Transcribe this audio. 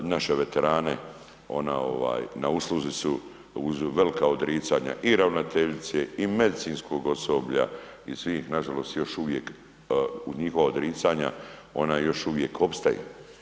Naše veterane, ona, na usluzi su uz velika odricanja i ravnateljice i medicinskog osoblja i svih nažalost još uvijek, njihova odricanja, ona još uvijek opstaje.